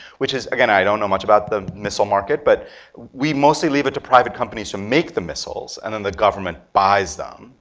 which is, again, i don't know much about the missile market, but we mostly leave it to private companies to make the missiles, and then the government buys them.